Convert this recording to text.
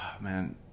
man